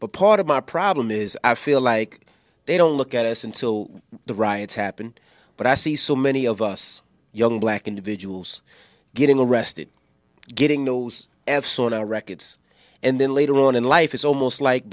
but part of my problem is i feel like they don't look at us until the riots happened but i see so many of us young black individuals getting arrested getting those and sort our records and then later on in life it's almost like